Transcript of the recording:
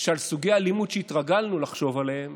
שעל סוגי אלימות שהתרגלנו לחשוב עליהם